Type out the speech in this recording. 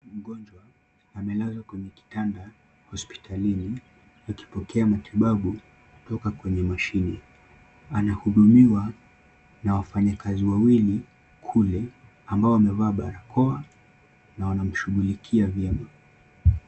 Mgonjwa amelezwa kwenye kitanda hospitalini akipokea matibabu kutoka kwenye mashine. Ana hudumiwa na wafanyakazi wawili kule ambao wavaa barakoa na wanam shughulikia vyema.